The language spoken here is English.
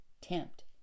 tempt